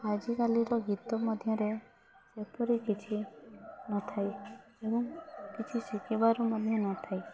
ଆଜିକାଲିର ଗୀତ ମଧ୍ୟରେ ସେପରି କିଛି ନଥାଏ ଏବଂ କିଛି ଶିଖିବାର ମଧ୍ୟ ନଥାଏ